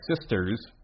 sisters